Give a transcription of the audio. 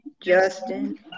Justin